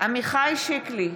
עמיחי שיקלי,